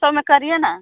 सौ में करिए ना